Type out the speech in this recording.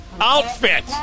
outfit